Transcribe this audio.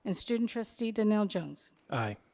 and student trustee donnell jones. aye.